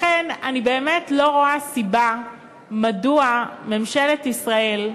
לכן אני באמת לא רואה סיבה מדוע ממשלת ישראל,